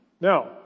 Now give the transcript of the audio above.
Now